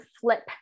flip